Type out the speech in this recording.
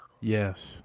yes